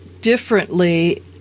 differently